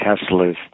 Tesla's